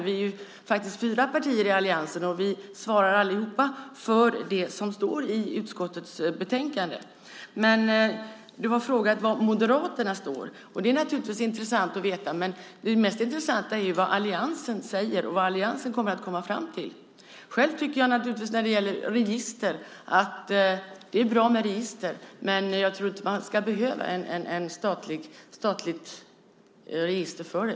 Vi är fyra partier i alliansen och vi svarar alla för det som står i utskottets betänkande. Men du frågar var Moderaterna står. Det är naturligtvis intressant att veta, men det mest intressanta är ju vad alliansen säger och vad alliansen kommer fram till. Själv tycker jag att det är bra med register, men jag tror inte att man behöver ett statligt register.